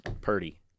Purdy